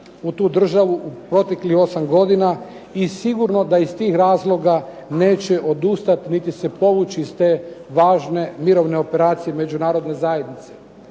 u tu državu u proteklih osam godina i sigurno da iz tih razloga neće odustati niti se povući iz te važne mirovne operacije Međunarodne zajednice.